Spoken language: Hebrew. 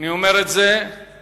אני אומר את זה כי